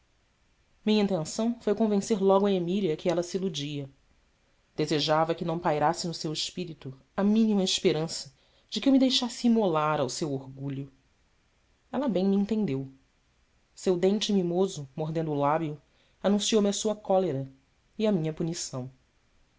minha intenção foi convencer logo a emília que ela se iludia desejava que não pairasse no seu espírito a mínima esperança de que eu me deixasse imolar ao seu orgulho ela bem me entendeu seu dente mimoso mordendo o lábio anunciou me a sua cólera e a minha punição